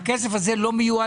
למה הורידו?